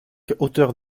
hauteurs